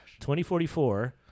2044